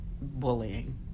bullying